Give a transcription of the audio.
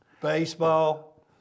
Baseball